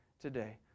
today